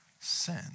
sin